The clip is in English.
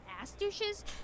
ass-douches